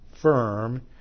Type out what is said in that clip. firm